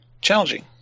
challenging